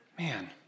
Man